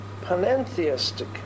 panentheistic